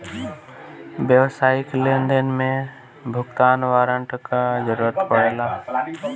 व्यावसायिक लेनदेन में भुगतान वारंट कअ जरुरत पड़ेला